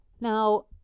now